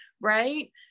Right